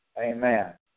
Amen